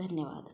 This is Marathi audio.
धन्यवाद